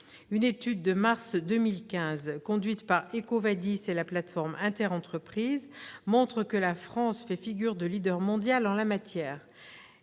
Une étude du mois de mars 2015, menée par EcoVadis et la médiation interentreprises, montre que la France fait figure de leader mondial en la matière